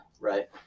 right